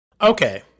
Okay